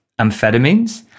Amphetamines